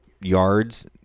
yards